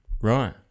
Right